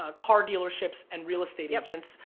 ah car dealerships, and real estate agents.